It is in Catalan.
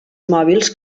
mòbils